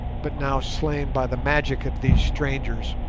but now slain by the magic of these strangers,